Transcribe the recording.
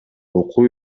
окуу